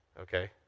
Okay